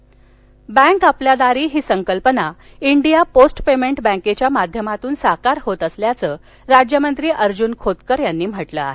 bank Jalna bank आपल्या दारी ही संकल्पना डिया पोस्ट पेमेंट बँकेच्या माध्यमातून साकार होत असल्याचं राज्यमंत्री अर्जुन खोतकर यांनी म्हटलं आहे